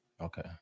Okay